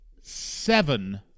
seven